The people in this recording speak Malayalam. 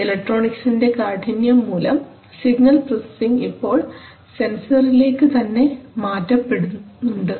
ഇലക്ട്രോണിക്സ്ൻറെ കാഠിന്യം മൂലം സിഗ്നൽ പ്രൊസസിങ് ഇപ്പോൾ സെൻസറിലേക്ക് തന്നെ മാറ്റപ്പെടുന്നുണ്ട്